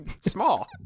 small